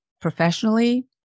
professionally